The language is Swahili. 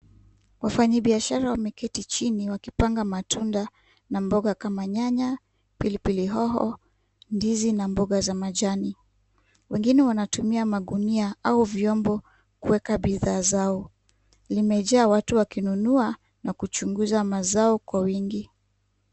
Wafanyibiashara wameketi chini wakipanga matunda na mboga kama nyanya, pilipili hoho, ndizi na mboga za majani, wengine wanatumia magunia au vyombo kuweka bidhaa zao, limejaa watu wakinunua, na kuchunguza mazao kwa wingi.